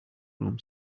room